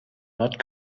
not